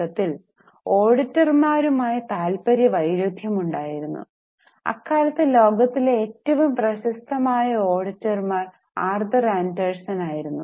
ചുരുക്കത്തിൽ ഓഡിറ്റർമാരുമായി താൽപ്പര്യ വൈരുദ്ധ്യമുണ്ടായിരുന്നു അക്കാലത്ത് ലോകത്തിലെ ഏറ്റവും പ്രശസ്തമായ ഓഡിറ്റർമാർ ആർതർ ആൻഡേഴ്സണായിരുന്നു